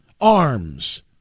arms